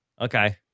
okay